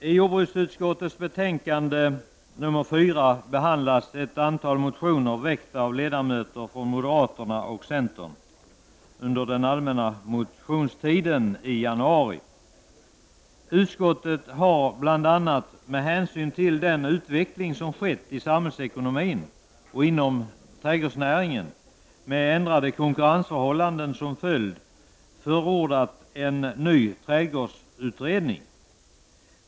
I jordbruksutskottets betänkande Utskottet har bl.a. med hänsyn till den utveckling som skett i samhällsekonomin och inom trädgårdsnäringen, med ändrade konkurrensförhållanden som följd, förordat en ny trädgårdsutredning.